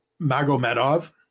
Magomedov